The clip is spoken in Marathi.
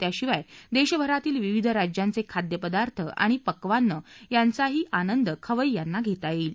त्याशिवाय देशभरातील विविध राज्यांचे खाद्यपदार्थ आणि पक्वान्नं यांचा आनंदही खवखींना घेता येईल